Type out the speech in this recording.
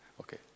okay